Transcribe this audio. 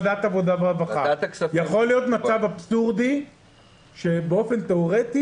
יכול להיות מצב אבסורדי שבאופן תיאורטי